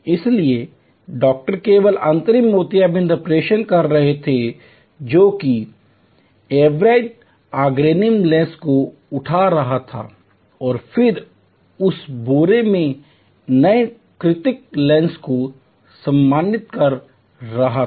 इसलिए डॉक्टर केवल अंतिम मोतियाबिंद ऑपरेशन कर रहे थे जो कि एट्रोफाइड ऑर्गेनिक लेंस को उठा रहा था और फिर उस बोरे में नए कृत्रिम लेंस को सम्मिलित कर रहा था